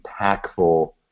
impactful